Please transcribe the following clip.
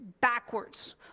backwards